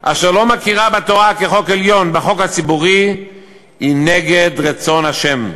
אשר לא מכירה בתורה כחוק עליון בחוק הציבורי היא נגד רצון ה'.